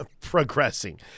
progressing